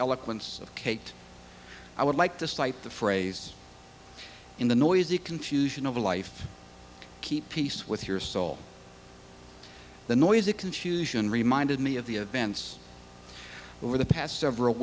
eloquence of kate i would like to cite the phrase in the noisy confusion of life keep peace with your soul the noisy confusion reminded me of the events over the past several